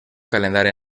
calendari